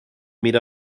meet